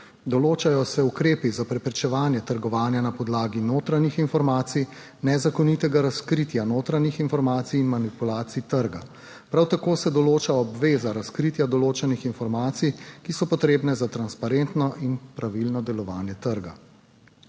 Določajo se ukrepi za preprečevanje trgovanja na podlagi notranjih informacij, nezakonitega razkritja notranjih informacij in manipulacij trga. Prav tako se določa obveza razkritja določenih informacij, ki so potrebne za transparentno in pravilno delovanje trga.